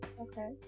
Okay